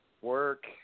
work